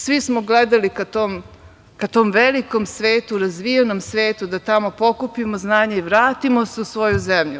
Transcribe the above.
Svi smo gledali ka tom velikom svetu, razvijenom svetu da tamo pokupimo znanje i vratimo se u svoju zemlju.